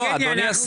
אבל יבגני,